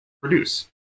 produce